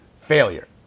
failure